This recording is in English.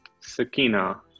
sakina